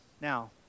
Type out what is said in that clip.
now